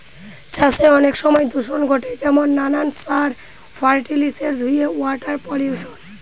চাষে অনেক সময় দূষণ ঘটে যেমন নানান সার, ফার্টিলিসের ধুয়ে ওয়াটার পলিউশন